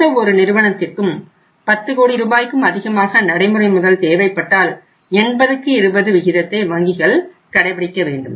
எந்தவொரு நிறுவனத்திற்கும் 10 கோடி ரூபாய்க்கும் அதிகமாக நடைமுறை முதல் தேவைப்பட்டால் 8020 விகிதத்தை வங்கிகள் கடைபிடிக்க வேண்டும்